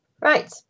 Right